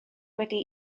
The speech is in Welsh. wedi